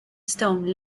stone